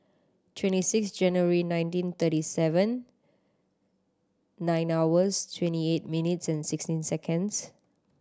twenty six January nineteen thirty seven nine hours twenty eight minutes and sixteen seconds